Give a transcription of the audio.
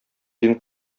дин